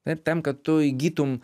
taip tam kad tu įgytum